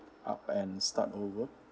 up and start over